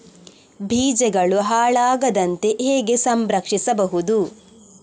ಬೀಜಗಳು ಹಾಳಾಗದಂತೆ ಹೇಗೆ ಸಂರಕ್ಷಿಸಬಹುದು?